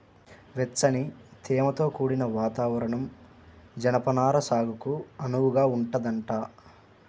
వెచ్చని, తేమతో కూడిన వాతావరణం జనపనార సాగుకు అనువుగా ఉంటదంట